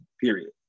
period